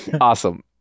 Awesome